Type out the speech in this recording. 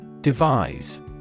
Devise